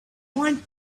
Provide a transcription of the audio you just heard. point